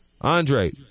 Andre